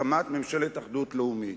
הקמת ממשלת אחדות לאומית.